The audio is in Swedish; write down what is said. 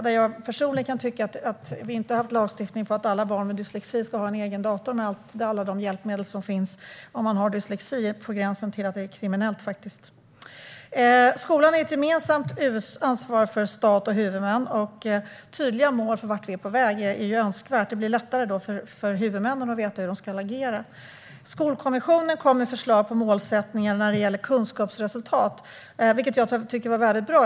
Jag kan personligen tycka att det är på gränsen till kriminellt att vi inte har haft lagstiftning om att alla barn med dyslexi ska ha en egen dator, med alla de hjälpmedel som finns. Skolan är ett gemensamt ansvar för stat och huvudmän. Det är önskvärt med tydliga mål för vart vi är på väg - då blir det lättare för huvudmännen att veta hur de ska agera. Skolkommissionen kom med förslag på målsättningar när det gäller kunskapsresultat som jag tycker var väldigt bra.